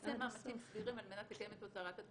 עושה מאמצים סבירים על מנת לקיים את --- התשלום,